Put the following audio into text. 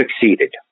succeeded